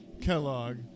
Kellogg